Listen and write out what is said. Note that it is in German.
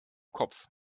kopf